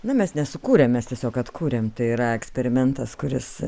na mes nesukūrėm mes tiesiog atkūrėm tai yra eksperimentas kuris